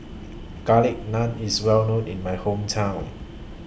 Garlic Naan IS Well known in My Hometown